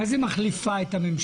מה זה "מחליפה את הממשלה"?